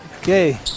Okay